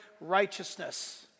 righteousness